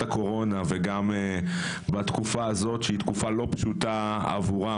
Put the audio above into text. הקורונה וגם בתקופה הזאת שהיא תקופה לא פשוטה עבורם,